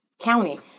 County